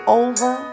over